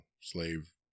slave